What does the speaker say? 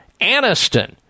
Aniston